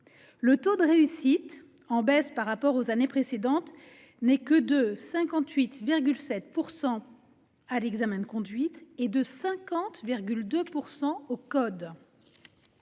Le taux de réussite, qui est en baisse par rapport aux années précédentes, n'est que de 58,7 % à l'examen de conduite, et de 50,2 % au code.